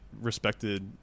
respected